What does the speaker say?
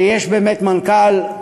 שיש באמת מנכ"ל,